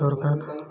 ଦରକାର